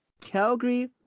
Calgary